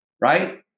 right